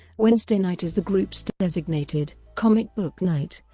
wednesday night is the group's designated comic book night,